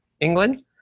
England